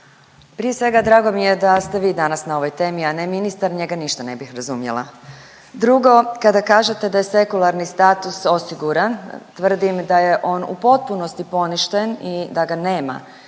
Prije svega drago mi je da ste vi danas na ovoj temi, a ne ministar njega ništa ne bih razumjela. Drugo, kada kažete da je sekularni status osiguran, tvrdim da je on u potpunosti poništen i da ga nema.